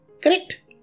Correct